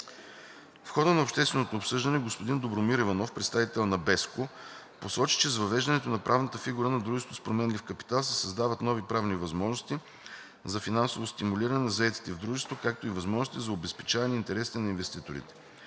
В хода на общественото обсъждане господин Добромир Иванов, представител на BESCO, посочи, че с въвеждането на правната фигура на дружеството с променлив капитал се създават нови правни възможности за финансово стимулиране на заетите в дружеството, както и възможности за обезпечаване интересите на инвеститорите.